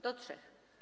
Do trzech?